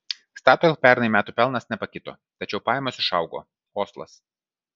statoil pernai metų pelnas nepakito tačiau pajamos išaugo oslas